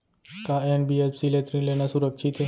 का एन.बी.एफ.सी ले ऋण लेना सुरक्षित हे?